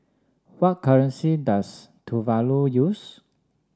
what currency does Tuvalu use